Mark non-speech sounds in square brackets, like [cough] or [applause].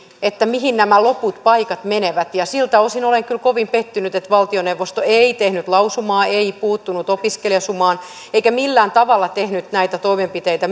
mihin nämä loput paikat menevät ja siltä osin olen kyllä kovin pettynyt että valtioneuvosto ei tehnyt lausumaa ei puuttunut opiskelijasumaan eikä millään tavalla tehnyt näitä toimenpiteitä [unintelligible]